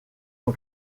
son